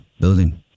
building